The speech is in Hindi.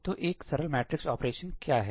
तो एक सरल मैट्रिक्स वेक्टर ऑपरेशन क्या है